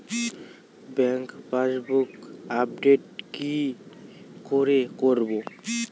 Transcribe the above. Bank passbook update কি করে করবো?